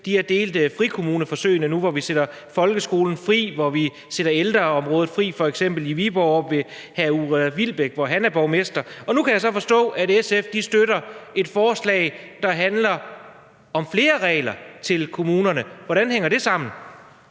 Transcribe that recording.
om frikommuneforsøgene, hvor vi sætter folkeskolen fri, hvor vi sætter ældreområdet fri, f.eks. i Viborg, hvor hr. Uffe Wilbek er borgmester. Og nu kan jeg så forstå, at SF støtter et forslag, der handler om flere regler til kommunerne. Hvordan hænger det sammen?